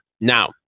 Now